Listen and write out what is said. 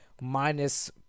minus